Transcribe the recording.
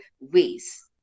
ways